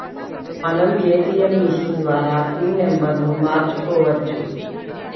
మనం ATM machine ద్వారా PIN నెంబర్ను మార్చుకోవచ్చు